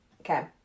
Okay